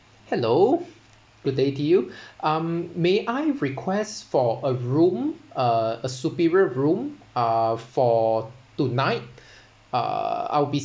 hello good day to you um may I request for a room uh a superior room uh for tonight uh I'll be